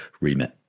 remit